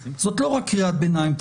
אנחנו צריכים לנהל בינינו דיון על איך